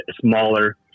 smaller